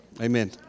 Amen